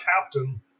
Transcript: captain